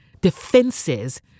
defenses